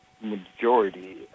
majority